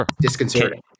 disconcerting